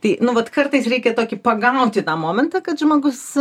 tai nu vat kartais reikia tokį pagauti tą momentą kad žmogus